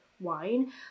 wine